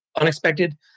unexpected